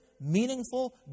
meaningful